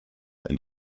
and